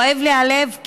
כואב לי הלב.